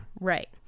Right